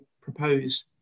propose